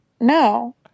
No